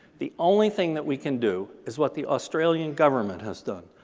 the only thing that we can do is what the australian government has done,